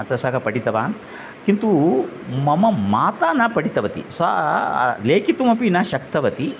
अतः सः पठितवान् किन्तु मम माता न पठितवती सा लेखितुमपि न शक्नोति